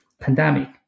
pandemic